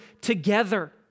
together